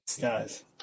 Guys